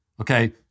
Okay